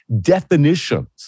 definitions